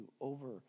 over